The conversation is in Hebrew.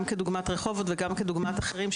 גם כדוגמת רחובות וגם כדוגמת אחרים,